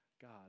God